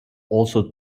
also